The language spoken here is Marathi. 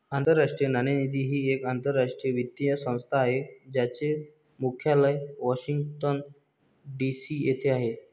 आंतरराष्ट्रीय नाणेनिधी ही एक आंतरराष्ट्रीय वित्तीय संस्था आहे ज्याचे मुख्यालय वॉशिंग्टन डी.सी येथे आहे